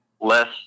less –